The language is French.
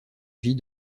vie